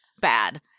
bad